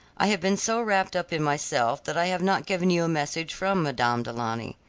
i have been so wrapped up in myself that i have not given you a message from madame du launy.